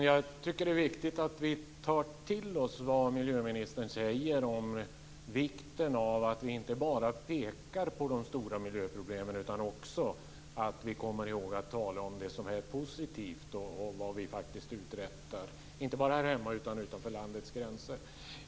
Fru talman! Det är viktigt att vi tar till oss vad miljöministern säger om vikten av att vi inte bara pekar på de stora miljöproblemen utan också kommer ihåg att tala om det som är positivt och om vad vi faktiskt uträttar, inte bara här hemma utan också utanför landets gränser.